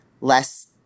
less